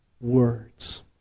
words